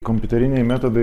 kompiuteriniai metodai